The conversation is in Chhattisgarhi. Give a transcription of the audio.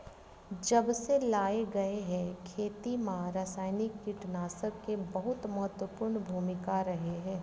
जब से लाए गए हे, खेती मा रासायनिक कीटनाशक के बहुत महत्वपूर्ण भूमिका रहे हे